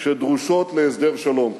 שדרושות להסדר שלום,